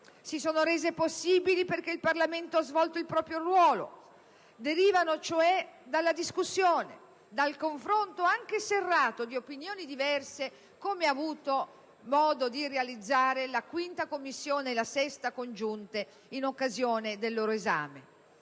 si sono rese possibili perché il Parlamento ha svolto il proprio ruolo, quindi derivano dalla discussione e dal confronto - anche serrato - di opinioni diverse, quale hanno avuto modo di realizzare le Commissioni 5a e 6ª riunite in occasione del loro esame.